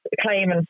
claiming